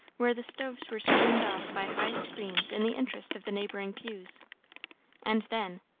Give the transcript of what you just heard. where the stoves were screened off by high screens in the interest of the neighbouring pews and then,